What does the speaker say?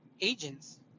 agents